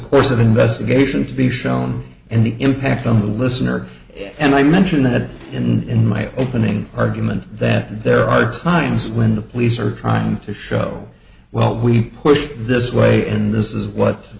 course of investigation to be shown and the impact on the listener and i mentioned that in my opening argument that there are times when the police are trying to show well we pushed this way and this is what